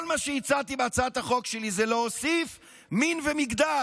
כל מה שהצעתי בהצעת החוק שלי הוא להוסיף מין ומגדר,